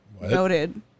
noted